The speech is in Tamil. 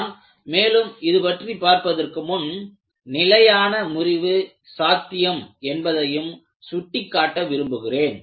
நான் மேலும் இதுபற்றி பார்ப்பதற்கு முன் நிலையான முறிவு சாத்தியம் என்பதையும் சுட்டிக்காட்ட விரும்புகிறேன்